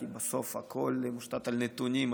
כי בסוף הכול מושתת על נתונים,